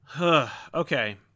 Okay